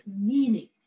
meaning